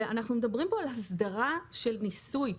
ואנחנו מדברים פה על הסדרה של ניסוי.